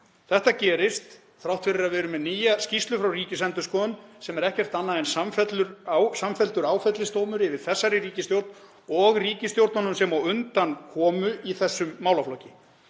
Þetta gerist þrátt fyrir að við séum með nýja skýrslu frá Ríkisendurskoðun sem er ekkert annað en samfelldur áfellisdómur yfir þessari ríkisstjórn og ríkisstjórnum sem á undan komu í þessum málaflokki.